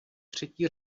třetí